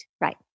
Right